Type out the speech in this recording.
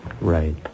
Right